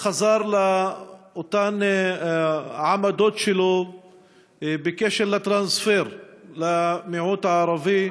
חזר לאותן עמדות שלו בקשר לטרנספר למיעוט הערבי.